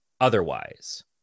otherwise